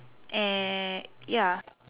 and ya